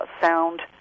sound